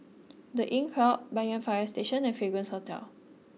the Inncrowd Banyan Fire Station and Fragrance Hotel